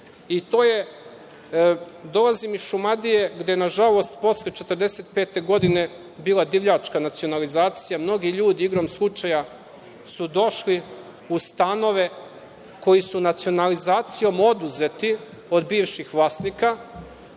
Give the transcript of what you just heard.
pohvalno. Dolazim iz Šumadije gde je nažalost posle 1945. godine bila divljačka nacionalizacija. Mnogi ljudi igrom slučaja su došli u stanove koji su nacionalizacijom oduzeti od bivših vlasnika.